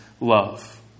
love